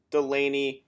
Delaney